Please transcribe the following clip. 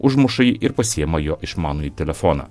užmuša jį ir pasiima jo išmanųjį telefoną